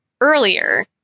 earlier